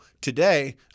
today